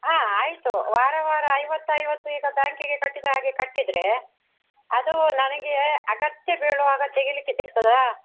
ಆಂ ಆಯಿತು ವಾರ ವಾರ ಐವತ್ತು ಐವತ್ತು ಈಗ ಬ್ಯಾಂಕಿಗೆ ಕಟ್ಟಿದ ಹಾಗೆ ಕಟ್ಟಿದರೆ ಅದು ನನಗೆ ಅಗತ್ಯ ಬೀಳುವಾಗ ತೆಗೀಲಿಕ್ಕೆ ಸಿಗ್ತದಾ